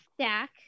stack